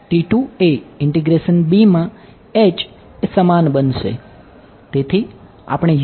b માં એ સમાન બનશે